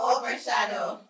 Overshadow